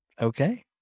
Okay